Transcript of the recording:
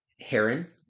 heron